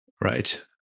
Right